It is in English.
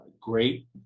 great